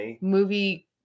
movie